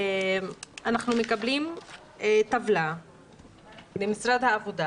טבלה ממשרד העבודה